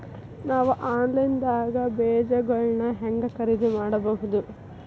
ನಾವು ಆನ್ಲೈನ್ ದಾಗ ಬೇಜಗೊಳ್ನ ಹ್ಯಾಂಗ್ ಖರೇದಿ ಮಾಡಬಹುದು?